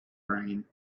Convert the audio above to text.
brain